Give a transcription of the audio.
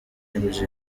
maj